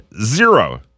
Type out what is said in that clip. zero